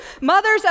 mothers